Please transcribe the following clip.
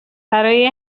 برای